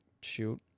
shoot